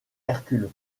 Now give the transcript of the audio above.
hercule